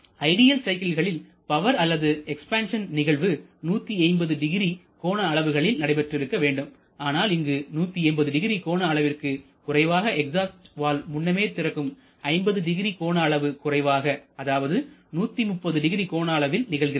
ஐடியில் சைக்கிள்களில் பவர் அல்லது எக்ஸ்பான்சன் நிகழ்வு1800 கோண அளவுகளில் நடைபெற்றிருக்க வேண்டும் ஆனால் இங்கு 1800 கோண அளவிற்கு குறைவாக எக்ஸாஸ்ட் வால்வு முன்னமே திறக்கும் 500 கோண அளவு குறைவாக அதாவது 1300 கோண அளவில் நிகழ்கிறது